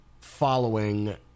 following